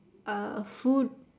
uh food